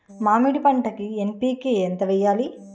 మామిడి పంటకి ఎన్.పీ.కే ఎంత వెయ్యాలి?